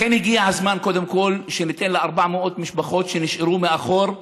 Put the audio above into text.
לכן הגיע הזמן שניתן קודם כול ל-400 המשפחות שנשארו מאחור דירה,